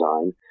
design